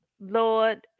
Lord